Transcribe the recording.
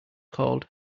called